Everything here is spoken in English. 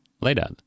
later